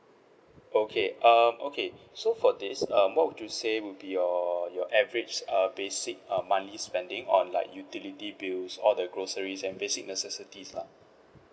okay um okay so for this um what would you say would be your your average err basic um money spending on like utility bills all the groceries and basic necessities lah